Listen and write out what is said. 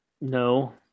no